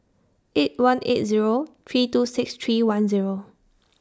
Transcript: eight one eight Zero three two six three one Zero